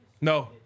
No